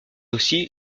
aussi